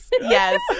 yes